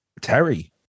Terry